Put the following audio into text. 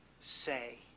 say